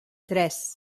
tres